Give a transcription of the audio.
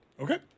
Okay